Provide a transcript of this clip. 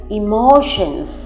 emotions